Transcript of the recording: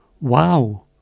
Wow